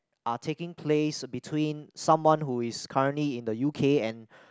are taking place between someone who is currently in the U_K and